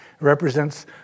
represents